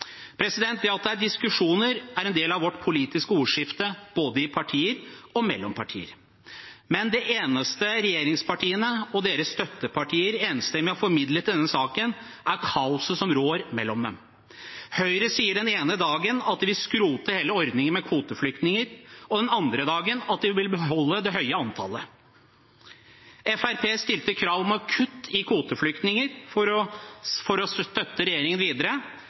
Det at det er diskusjoner, er en del av vårt politiske ordskifte både i partier og mellom partier, men det eneste regjeringspartiene og deres støttepartier enstemmig har formidlet i denne saken, er kaoset som rår mellom dem. Høyre sier den ene dagen at de vil skrote hele ordningen med kvoteflyktninger, og den andre dagen at de vil beholde det høye antallet. Fremskrittspartiet stilte krav om et kutt i kvoteflyktninger for å støtte regjeringen videre, for så å